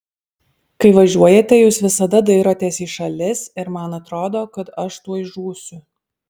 kai važiuojate jūs visada dairotės į šalis ir man atrodo kad aš tuoj žūsiu